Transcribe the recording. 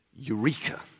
Eureka